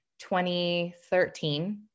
2013